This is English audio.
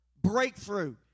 breakthrough